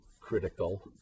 critical